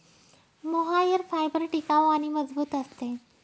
mohair fibre टिकाऊ आणि मजबूत असते